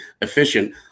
efficient